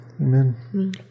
amen